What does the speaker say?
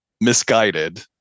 misguided